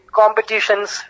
competitions